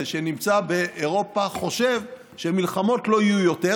שנמצא באירופה חושב שמלחמות לא יהיו יותר,